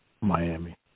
Miami